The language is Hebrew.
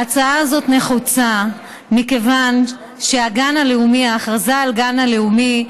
ההצעה הזאת נחוצה מכיוון שההכרזה על גן לאומי,